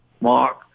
Mark